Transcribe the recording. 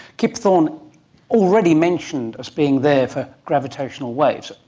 kip thorne already mentioned as being there for gravitational waves,